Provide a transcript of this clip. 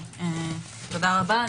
תודה רבה.